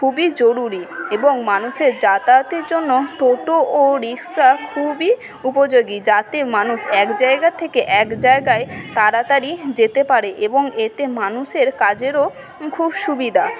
খুবই জরুরি এবং মানুষের যাতায়াতের জন্য টোটো ও রিকশা খুবই উপযোগী যাতে মানুষ এক জায়গা থেকে এক জায়গায় তাড়াতাড়ি যেতে পারে এবং এতে মানুষের কাজেরও খুব সুবিধা